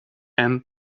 and